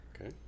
Okay